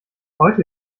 heute